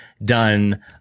done